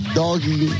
doggy